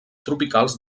tropicals